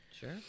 Sure